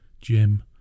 Jim